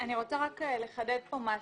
אני רוצה לחדד כאן משהו.